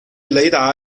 雷达